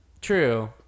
true